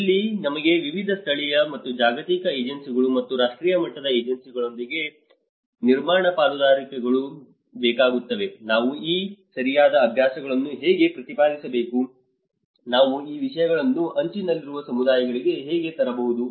ಇಲ್ಲಿ ನಮಗೆ ವಿವಿಧ ಸ್ಥಳೀಯ ಮತ್ತು ಜಾಗತಿಕ ಏಜೆನ್ಸಿಗಳು ಮತ್ತು ರಾಷ್ಟ್ರೀಯ ಮಟ್ಟದ ಏಜೆನ್ಸಿಗಳೊಂದಿಗೆ ನಿರ್ಮಾಣ ಪಾಲುದಾರಿಕೆಗಳು ಬೇಕಾಗುತ್ತವೆ ನಾವು ಈ ಸರಿಯಾದ ಅಭ್ಯಾಸಗಳನ್ನು ಹೇಗೆ ಪ್ರತಿಪಾದಿಸಬೇಕು ನಾವು ಈ ವಿಷಯಗಳನ್ನು ಅಂಚಿನಲ್ಲಿರುವ ಸಮುದಾಯಗಳಿಗೆ ಹೇಗೆ ತರಬಹುದು